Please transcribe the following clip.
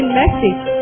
message